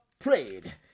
prayed